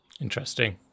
Interesting